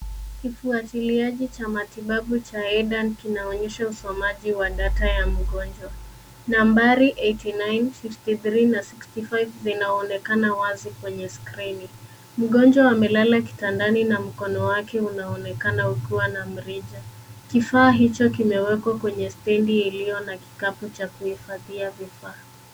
Kifwatiliaji cha matibabu cha Edan kinaonyesha usomaji wa data ya mgonjwa nambari 89, 53 na 65 zinaonekana wazi kwenye skrini. Mgonjwa amelala kitandani na mkono wake unaonekana ukiwa na mrija. Kifaa hicho kimewekwa kwenye stendi iliyo na kikapu cha kuhifadhia vifaa.